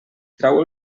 trau